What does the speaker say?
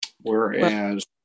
Whereas